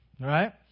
Right